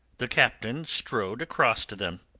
the captain strode across to them.